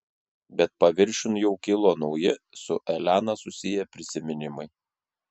bet paviršiun jau kilo nauji su elena susiję prisiminimai